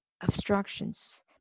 obstructions